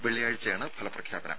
വെള്ളിയാഴ്ചയാണ് ഫല പ്രഖ്യാപനം